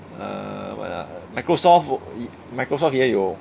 err what ah microsoft microsoft 也有